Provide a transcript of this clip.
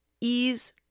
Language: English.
ease